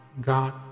God